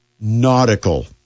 nautical